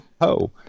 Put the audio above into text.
ho